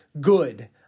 Good